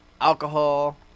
alcohol